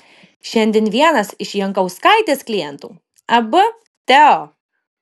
šiandien vienas iš jankauskaitės klientų ab teo